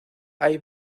hay